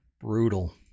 Brutal